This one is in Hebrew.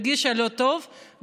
הרגישה לא טוב,